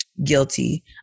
Guilty